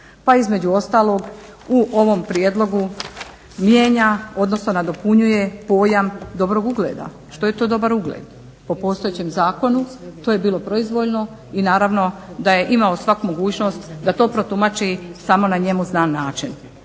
Pa između ostalog u ovom prijedlogu mijenja odnosno nadopunjuje pojam dobrog ugleda. Što je to dobar ugled? Po postojećem zakonu to je bilo proizvoljno i naravno da je imao svak mogućnost da to protumači samo na njemu znan način.